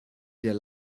sehr